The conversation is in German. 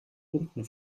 unten